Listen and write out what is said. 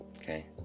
Okay